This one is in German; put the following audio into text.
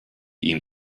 ihm